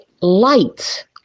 light